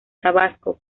tabasco